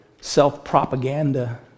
self-propaganda